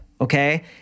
okay